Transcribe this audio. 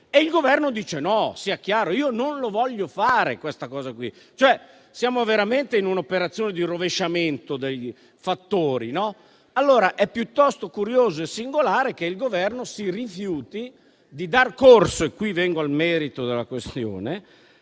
e il Governo dice no. Sia chiaro che io non voglio fare questa cosa qui: siamo veramente in un'operazione di rovesciamento dei fattori. Allora è piuttosto curioso e singolare che il Governo si rifiuti di dar corso - e qui vengo al merito della questione